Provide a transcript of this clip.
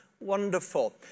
wonderful